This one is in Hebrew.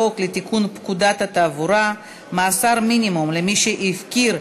הצעת החוק לתיקון פקודת התעבורה הופכת להצעה